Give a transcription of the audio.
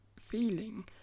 feeling